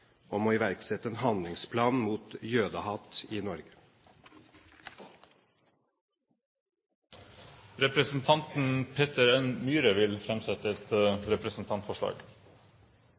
om å iverksette en handlingsplan mot jødehat i Norge. Representanten Peter N. Myhre vil framsette et representantforslag.